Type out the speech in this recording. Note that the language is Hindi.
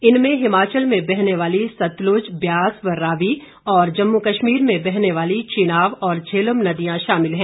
इनमें हिमाचल में बहने वाली सतलुज ब्यास व रावी और जम्मू कश्मीर में बहने वाली चिनाब और झेलम नदियां शामिल हैं